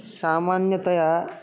सामान्यतया